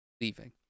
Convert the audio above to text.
leaving